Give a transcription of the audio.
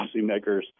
policymakers